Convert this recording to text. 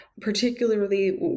particularly